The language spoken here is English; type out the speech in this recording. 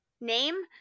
name